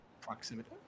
Proximity